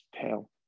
tell